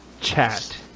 chat